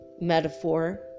metaphor